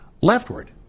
leftward